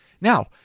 Now